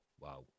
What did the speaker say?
wow